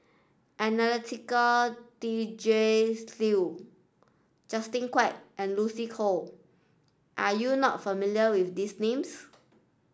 Anastasia Tjendri Liew Justin Quek and Lucy Koh are you not familiar with these names